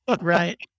Right